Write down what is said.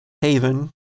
Haven